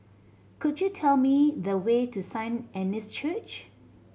could you tell me the way to Saint Anne's Church